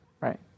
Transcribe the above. Right